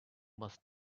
must